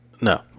no